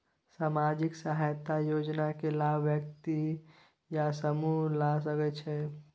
सामाजिक सहायता योजना के लाभ व्यक्ति या समूह ला सकै छै?